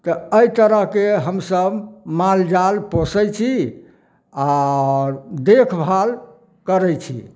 तऽ एहि तरहके हमसब मालजाल पोसय छी और देखभाल करय छी